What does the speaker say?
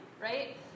right